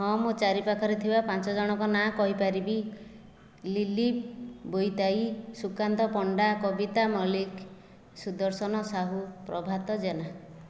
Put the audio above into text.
ହଁ ମୁଁ ଚାରି ପାଖରେ ଥିବା ପାଞ୍ଚଜଣଙ୍କ ନାଁ କହିପାରିବି ଲିଲି ବୋଇତାଇ ସୁକାନ୍ତ ପଣ୍ଡା କବିତା ମଲ୍ଲିକ ସୁଦର୍ଶନ ସାହୁ ପ୍ରଭାତ ଜେନା